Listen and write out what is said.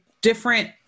different